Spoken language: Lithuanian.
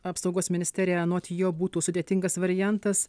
apsaugos ministerija anot jo būtų sudėtingas variantas